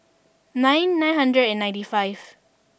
nine nine hundred and ninety five